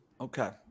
Okay